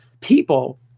people